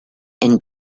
and